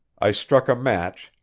i struck a match,